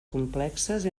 complexes